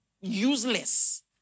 useless